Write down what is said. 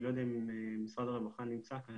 אני לא יודע אם משרד הרווחה נמצא כאן,